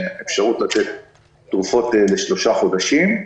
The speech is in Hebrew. אפשרות לתת תרופות לשלושה חודשים.